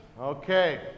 okay